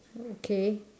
okay